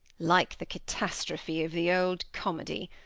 like the catastrophe of the old comedy.